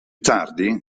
tardi